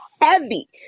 heavy